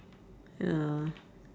ya